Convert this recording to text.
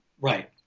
Right